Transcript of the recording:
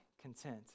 content